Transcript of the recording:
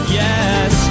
yes